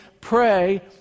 pray